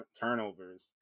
turnovers